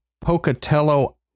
Pocatello